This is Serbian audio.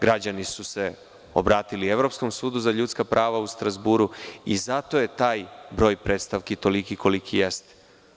Građani su se obratili Evropskom sudu za ljudska prava u Strazburu i zato je taj broj prestavki toliki koliki jeste.